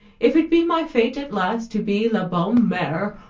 if it be my fate, at last, to be la bonne mere,